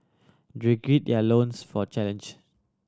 they gird their loins for challenge